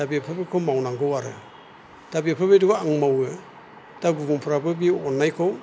दा बेफोरखौ मावनांगौ आरो दा बेफोरबायदिखौ आं मावो दा गुबुनफ्राबो बे आन्नायखौ